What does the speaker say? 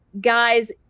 Guys